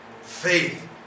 faith